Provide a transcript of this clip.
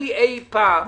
בדיחה,